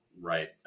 right